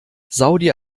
saudi